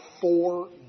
four